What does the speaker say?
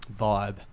Vibe